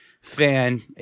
fan